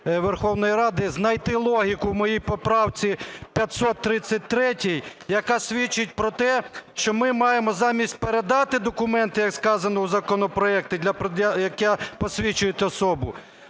Верховної Ради, знайти логіку в моїй поправці 533, яка свідчить про те, що ми маємо замість передати документи, як сказано в законопроекті, які посвідчують особу,